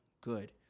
good